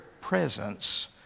presence